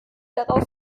darauf